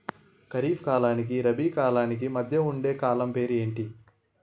ఖరిఫ్ కాలానికి రబీ కాలానికి మధ్య ఉండే కాలం పేరు ఏమిటి?